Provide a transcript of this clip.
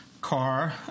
car